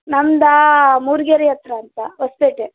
ನಮ್ಮದಾ ಮೂರ್ಗೆರೆ ಹತ್ರ ಅಂತ ಹೊಸ್ಪೇಟೆ